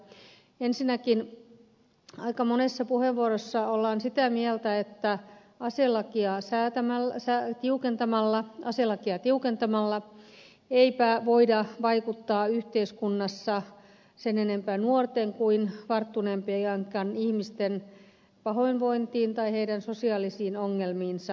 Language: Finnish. ensinnäkin aika monessa puheenvuorossa ollaan sitä mieltä että aselakia tiukentamalla ei voida vaikuttaa yhteiskunnassa sen enempää nuorten kuin varttuneempienkaan ihmisten pahoinvointiin tai heidän sosiaalisiin ongelmiinsa